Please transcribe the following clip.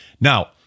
now